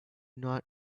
not